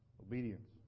Obedience